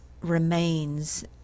remains